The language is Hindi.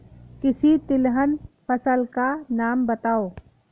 किसी तिलहन फसल का नाम बताओ